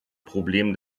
probleme